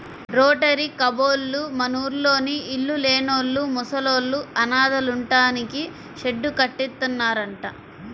rotary కబ్బోళ్ళు మనూర్లోని ఇళ్ళు లేనోళ్ళు, ముసలోళ్ళు, అనాథలుంటానికి షెడ్డు కట్టిత్తన్నారంట